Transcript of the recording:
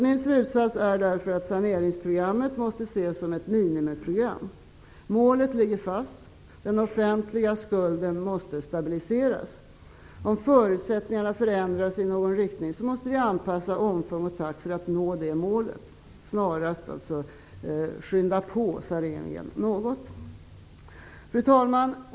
Min slutsats är därför att saneringsprogrammet måste ses som ett minimiprogram. Målet ligger fast: den offentliga skulden måste stabiliseras. Om förutsättningarna förändras i någon riktning måste vi anpassa omfång och takt för att nå det målet snarast, dvs. skynda på saneringen något. Fru talman!